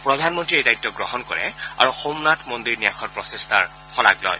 প্ৰধানমন্ত্ৰীয়ে এই দায়িত্ব গ্ৰহণ কৰে আৰু সোমনাথ মন্দিৰ ন্যাসৰ প্ৰচেষ্টাৰ শলাগ লয়